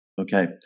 Okay